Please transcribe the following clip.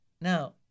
Now